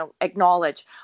acknowledge